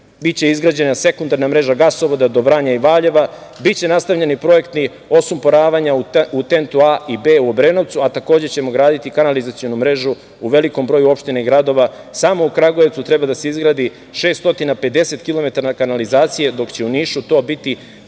biće izgrađena sekundarna mreža gasovoda do Vranja i Valjeva. Biće nastavljeni projekti osumporavanja u Tentu A i B u Obrenovcu, a takođe ćemo graditi kanalizacionu mrežu u velikom broju opština i gradova. Samo u Kragujevcu treba da se izgradi 650 kilometara kanalizacije, dok će u Nišu to biti